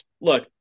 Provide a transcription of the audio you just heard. Look